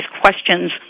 questions